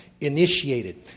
initiated